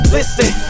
Listen